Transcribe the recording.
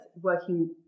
working